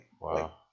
Wow